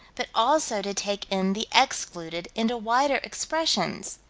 but also to take in the excluded into wider expressions.